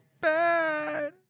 bad